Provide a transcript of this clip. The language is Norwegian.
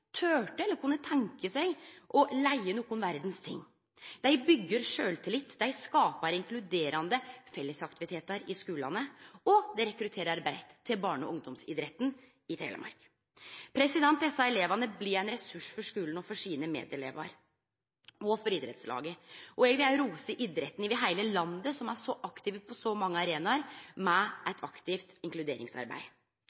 kunne tenkje seg å leie noko som helst. Dei byggjer sjølvtillit, dei skaper inkluderande fellesaktivitetar i skulane, og dei rekrutterer breitt til barne- og ungdomsidretten i Telemark. Desse elevane blir ein ressurs for skulen, for sine medelevar og for idrettslaget. Eg vil òg rose idretten over heile landet som er aktiv på så mange arenaer med